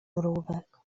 mrówek